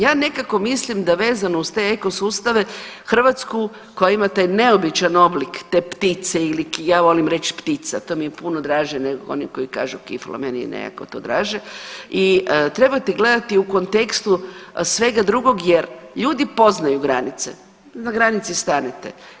Ja nekako mislim da vezano uz te ekosustave Hrvatsku koja ima taj neobičan oblik te ptice ili ja volim reći ptica to mi je puno draže nego oni koji kažu kifla, meni je nekako to draže i trebate gledati u kontekstu svega drugog jer ljudi poznaju granice, na granici stanete.